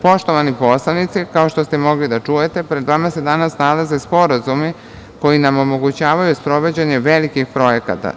Poštovani poslanici, kao što ste mogli da čujete, pred vama se danas nalaze sporazumi koji nam omogućavaju sprovođenje velikih projekata.